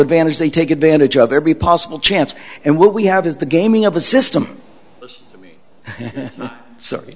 advantage they take advantage of every possible chance and what we have is the gaming of the system so